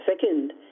second